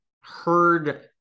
heard